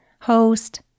host